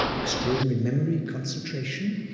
extraordinary memory concentration,